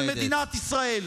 תשע,